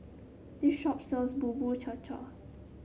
this shop sells Bubur Cha Cha